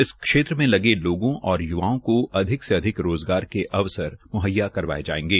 इस क्षेत्र में लगे लोगों और य्वाओं को अधिक से अधिक कारोबार के अवसर मुहैया करवाये जायेंगे